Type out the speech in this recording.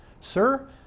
Sir